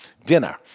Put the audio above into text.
dinner